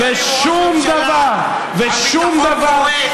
ושום דבר, הביטחון קורס.